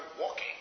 walking